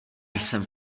jsem